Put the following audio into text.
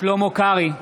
שלמה קרעי,